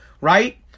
right